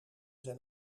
zijn